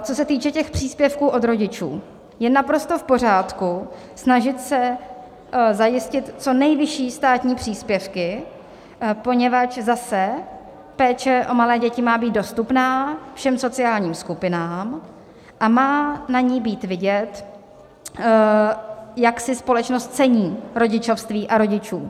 Co se týče těch příspěvků od rodičů, je naprosto v pořádku snažit se zajistit co nejvyšší státní příspěvky, poněvadž zase péče o malé děti má být dostupná všem sociálním skupinám a má na ní být vidět, jak si společnost cení rodičovství a rodičů.